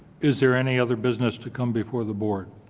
is there any other business to come before the board?